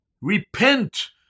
repent